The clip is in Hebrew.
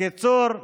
בקיצור,